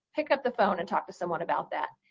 pick up the phone and talk to someone about that,